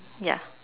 ya